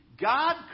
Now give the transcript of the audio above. God